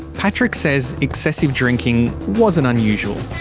patrick says excessive drinking wasn't unusual.